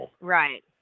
Right